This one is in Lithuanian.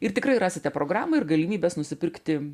ir tikrai rasite programą ir galimybes nusipirkti